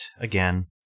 again